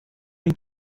den